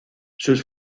sus